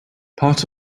part